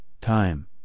time